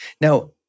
Now